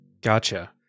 Gotcha